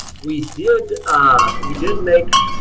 we did ah we did make